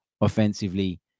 offensively